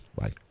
bye